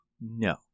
No